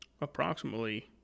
approximately